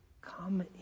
Come